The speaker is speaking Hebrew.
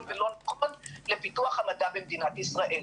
ומה לא נכון לפיתוח המדע במדינת ישראל.